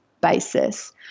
basis